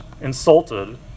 insulted